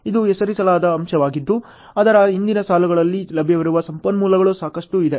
ಇದು ಹೆಸರಿಸಲಾದ ಅಂಶವಾಗಿದ್ದು ಅದರ ಹಿಂದಿನ ಸಾಲುಗಳಲ್ಲಿ ಲಭ್ಯವಿರುವ ಸಂಪನ್ಮೂಲಗಳು ಸಾಕಷ್ಟುಇದೆ